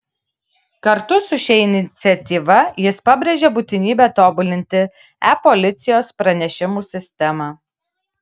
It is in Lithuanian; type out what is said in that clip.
kartu su šia iniciatyva jis pabrėžia būtinybę tobulinti e policijos pranešimų sistemą